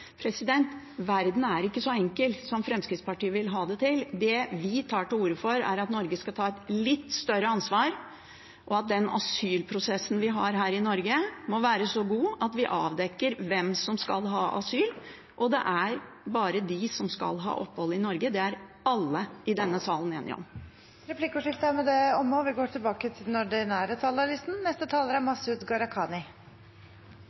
Verden er ikke så enkel som Fremskrittspartiet vil ha det til. Det vi tar til orde for, er at Norge skal ta et litt større ansvar, og at den asylprosessen vi har her i Norge, må være så god at vi avdekker hvem som skal ha asyl – og det er bare de som skal ha opphold i Norge. Det er alle i denne salen enige om. Replikkordskiftet er omme. Migrasjon er sammen med klimautfordringene en av vår tids viktigste og vanskeligste utfordringer vi må løse. Det er